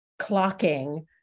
clocking